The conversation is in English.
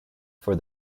for